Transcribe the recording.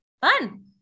Fun